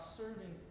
serving